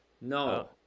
No